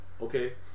okay